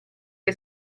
che